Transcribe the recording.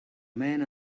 man